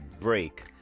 break